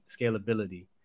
scalability